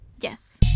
Yes